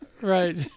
right